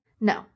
No